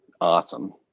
Awesome